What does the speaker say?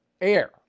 air